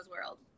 World